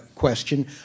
Question